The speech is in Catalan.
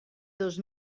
dos